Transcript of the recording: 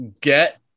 get